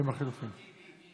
יש